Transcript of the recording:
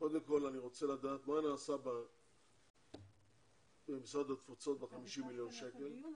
קודם כל אני רוצה לדעת מה נעשה במשרד התפוצות ב-50 מיליון שקלים.